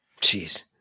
Jeez